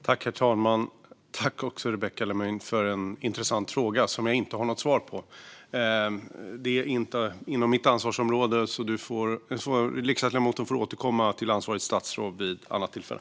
Herr talman! Tack, Rebecka Le Moine, för en intressant fråga, som jag inte har något svar på! Det är inte inom mitt ansvarsområde, så riksdagsledamoten får återkomma till ansvarigt statsråd vid annat tillfälle.